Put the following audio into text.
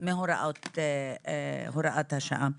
מהוראת השעה.